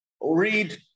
Read